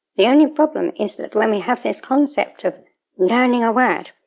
the only problem is that when we have this concept of learning a word,